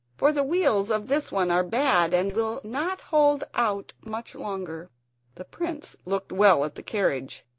for the wheels of this one are bad and will not hold out much longer the prince looked well at the carriage.